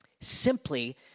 Simply